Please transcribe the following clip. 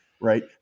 right